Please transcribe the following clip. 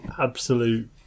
absolute